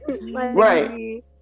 right